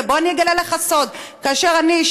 ובוא אגלה לך סוד: כאשר אני,